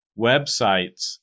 websites